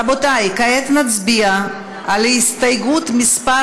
רבותי, כעת נצביע על הסתייגות מס'